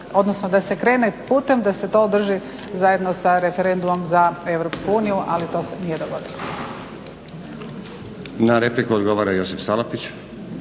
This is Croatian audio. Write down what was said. odnosno da se krene putom da se to održi zajedno sa referendumom za EU, ali to se nije dogodilo. **Stazić, Nenad (SDP)** Na repliku odgovara Josip Salapić.